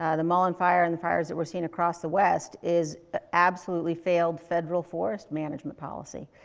ah the mullen fire and the fires that we're seeing across the west is ah absolutely failed federal forest management policy.